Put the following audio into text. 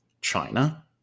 China